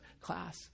class